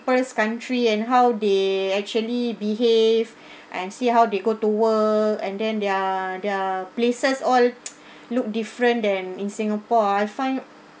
~ple's country and how they actually behave and see how they go to work and then their their places all look different than in singapore ah I find